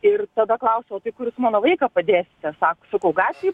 ir tada klausiau o tai kur jūs mano mano vaiką padėsite sako sakau gatvėj